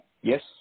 Yes